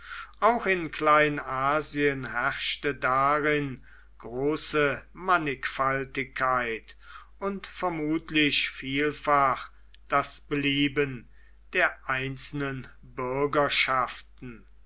auch in kleinasien herrschte darin große mannigfaltigkeit und vermutlich vielfach das belieben der einzelnen bürgerschaften